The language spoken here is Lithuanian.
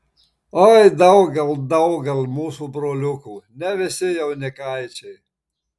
oi daugel daugel mūsų broliukų ne visi jaunikaičiai